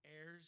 heirs